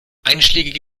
einschlägige